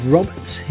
Roberts